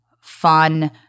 fun